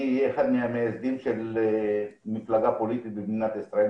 אהיה אחד מהמייסדים של מפלגה פוליטית במדינת ישראל,